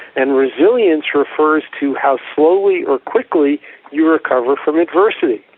and resilience refers to how slowly or quickly you recover from adversity.